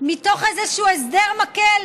מתוך איזשהו הסדר מקל,